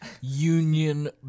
union